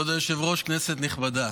כבוד היושב-ראש, כנסת נכבדה,